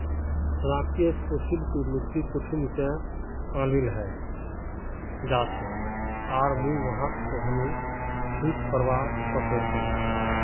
राकेश पूछिल् कि मिट्टी कुठिन से आनिल हैये जा से आर मुई वहाक् कँहे ठीक करवा सक छि